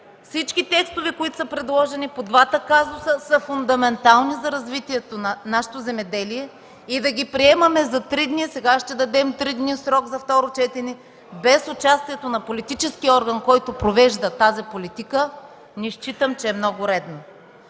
Всички текстове, които са предложени по двата казуса, са фундаментални за развитието на нашето земеделие и да ги приемаме за три дни – сега ще дадем три дни срок за второ четене, без участието на политическия орган, който провежда тази политика, не смятам, че е много редно.